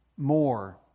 more